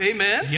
Amen